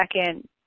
second